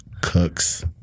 cooks